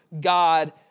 God